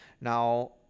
now